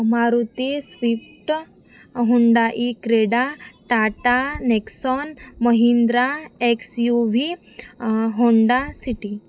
Maruti swift Hyundai Creta Tata Nexon Mahindra XUV Honda city